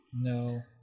no